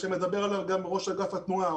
שמדבר עליו גם סגן ראש אגף התנועה,